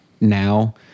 now